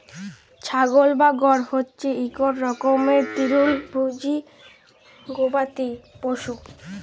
ছাগল বা গট হছে ইক রকমের তিরলভোজী গবাদি পশু